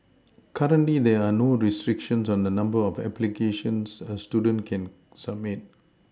currently there are no restrictions on the number of applications a student can submit